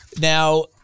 Now